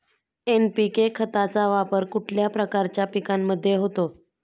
NPK खताचा वापर कुठल्या प्रकारच्या पिकांमध्ये होतो?